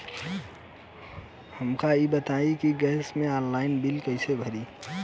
हमका ई बताई कि गैस के ऑनलाइन बिल कइसे भरी?